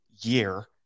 year